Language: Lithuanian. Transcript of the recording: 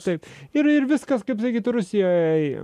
taip ir ir viskas kaip sakyt rusijoj